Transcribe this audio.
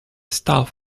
staff